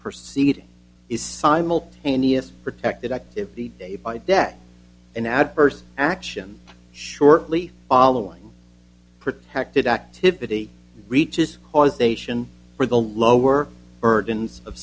proceed is simultaneous protected activity day by day an adverse action shortly allwine protected activity reaches causation for the lower burdens of